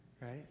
right